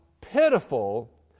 pitiful